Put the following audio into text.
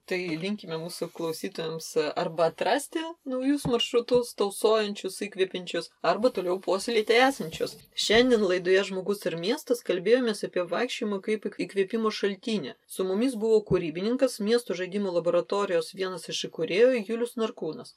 tai linkime mūsų klausytojams arba atrasti naujus maršrutus tausojančius įkvepiančius arba toliau puoselėti esančius šiandien laidoje žmogus ir miestas kalbėjomės apie vaikščiojimą kaip įkvėpimo šaltinį su mumis buvo kūrybininkas miesto žaidimų laboratorijos vienas iš įkūrėjų julius narkūnas